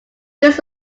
this